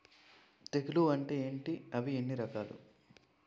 తెగులు అంటే ఏంటి అవి ఎన్ని రకాలు?